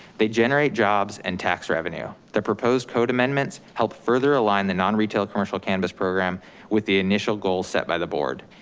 they generate jobs and tax revenue. the proposed code amendments help further align the non-retail commercial cannabis program with the initial goal set by the board.